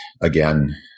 again